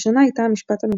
הראשונה הייתה המשפט המפורסם,